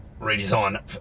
redesign